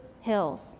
hills